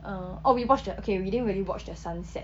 err oh we watched the okay we didn't really watch the sunset